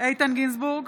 איתן גינזבורג,